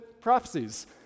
prophecies